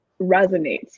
resonates